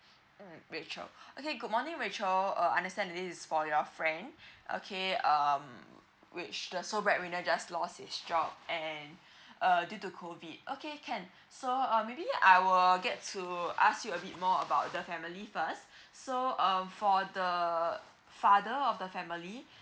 um rachel okay good morning rachel uh understand this is for your friend okay um which the sold bread winner just lost his job and uh due to COVID okay can so uh maybe I'll get to ask you a bit more about the family first so um for the father of the family